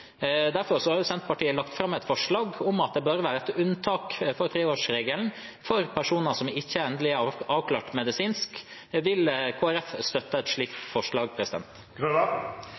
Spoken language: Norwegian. Derfor har Senterpartiet lagt fram et forslag om at det bør være et unntak fra treårsregelen for personer som ikke endelig er avklart medisinsk. Vil Kristelig Folkeparti støtte et slikt forslag?